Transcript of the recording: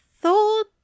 thought